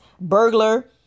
burglar